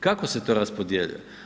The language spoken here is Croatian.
Kako se to raspodjeljuje?